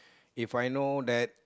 If I know that